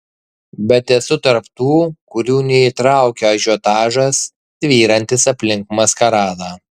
bet esu tarp tų kurių neįtraukia ažiotažas tvyrantis aplink maskaradą